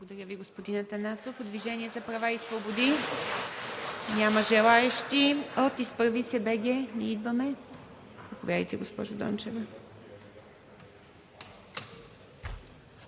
Благодаря Ви, господин Атанасов. От „Движението за права и свободи“? Няма желаещи. От „Изправи се БГ! Ние идваме!“ Заповядайте, госпожо Дончева.